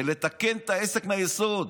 ולתקן את העסק מהיסוד,